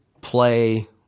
play